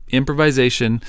improvisation